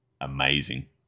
amazing